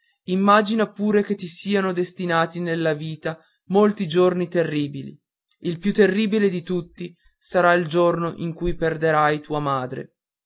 immagina pure che ti siano destinati nella vita molti giorni terribili il più terribile di tutti sarà il giorno in cui perderai tua madre